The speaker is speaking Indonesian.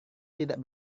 tidak